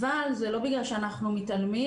אבל זה לא בגלל שאנחנו מתעלמים,